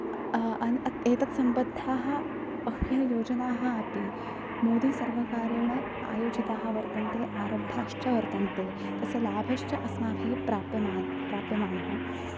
एतत् सम्बद्धाः बह्व्यः योजनाः अपि मोदिसर्वकारेण आयोजिताः वर्तन्ते आरब्धाश्च वर्तन्ते तस्य लाभश्च अस्माभिः प्राप्यमा प्राप्यमाणः